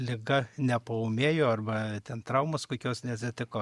liga nepaūmėjo arba ten traumos kokios neatsitiko